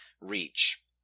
reach